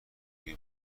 روی